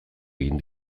egin